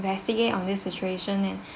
investigate on this situation and